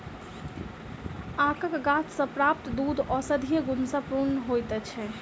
आकक गाछ सॅ प्राप्त दूध औषधीय गुण सॅ पूर्ण होइत छै